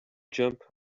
jump